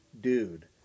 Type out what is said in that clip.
dude